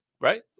right